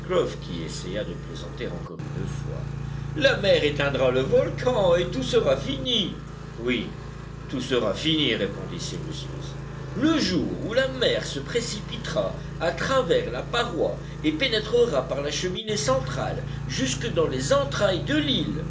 qui essaya de plaisanter encore une fois la mer éteindra le volcan et tout sera fini oui tout sera fini répondit cyrus smith le jour où la mer se précipitera à travers la paroi et pénétrera par la cheminée centrale jusque dans les entrailles de l'île